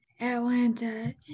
Atlanta